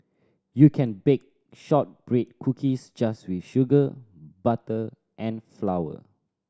you can bake shortbread cookies just with sugar butter and flower